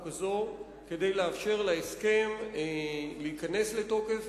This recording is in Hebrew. הזאת כדי לאפשר להסכם להיכנס לתוקף.